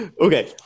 okay